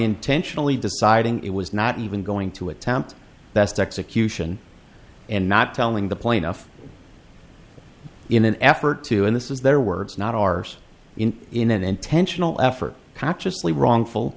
intentionally deciding it was not even going to attempt best execution and not telling the plaintiff in an effort to and this is their words not ours in in an intentional effort consciously wrongful